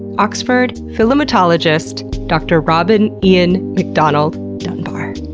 oxford philematologist, dr. robin ian macdonald dunbar.